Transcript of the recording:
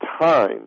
time